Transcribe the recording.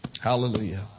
Hallelujah